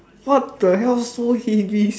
what the hell so heavy